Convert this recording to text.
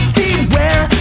beware